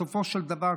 בסופו של דבר,